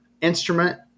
instrument